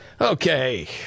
Okay